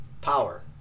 power